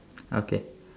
okay